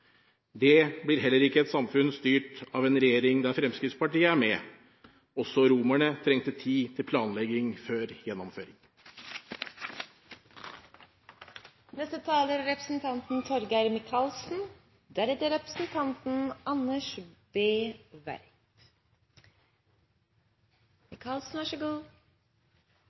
det blir heller ikke et samfunn styrt av en regjering der Fremskrittspartiet er med – også romerne trengte tid til planlegging før gjennomføring. Det er